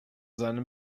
seinem